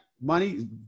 money